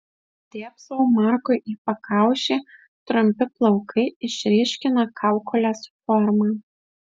dėbsau markui į pakaušį trumpi plaukai išryškina kaukolės formą